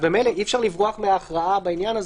אז ממילא אי אפשר לברוח מהכרעה בעניין הזה,